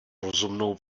rozumnou